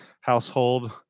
household